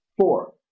Four